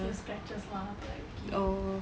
no just a few scratches like ya